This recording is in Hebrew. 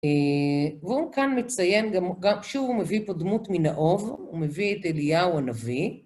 והוא כאן מציין גם שהוא מביא פה דמות מנאוב, הוא מביא את אליהו הנביא.